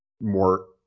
more